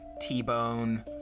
T-Bone